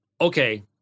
okay